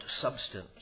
substance